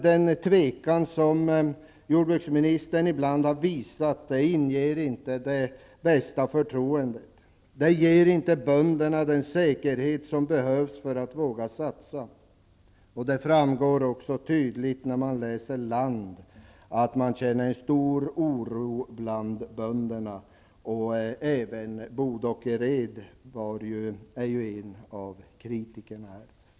Den tvekan som jordbruksministern ibland har visat inger inte det bästa förtroendet. Bönderna känner sig inte säkra nog att våga satsa. I tidningen Land framgår det tydligt att bönderna känner stor oro. Även Bo Dockered är en av kritikerna.